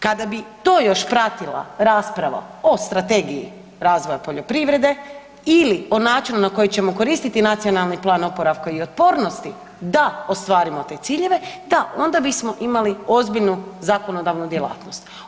Kada bi to još pratila rasprava o Strategiji razvoja poljoprivrede ili o načinu na koji ćemo koristiti Nacionalni plan oporavka i otpornosti da ostvarimo te ciljeve, da, onda bismo imali ozbiljnu zakonodavnu djelatnost.